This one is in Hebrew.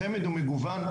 החמ"ד הוא מגוון,